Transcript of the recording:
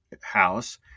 house